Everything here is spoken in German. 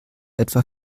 etwa